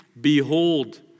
Behold